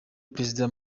perezida